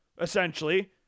essentially